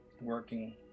working